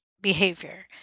behavior